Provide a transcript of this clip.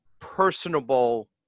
personable